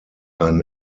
ein